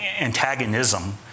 antagonism